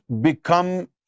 become